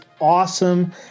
awesome